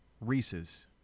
Reese's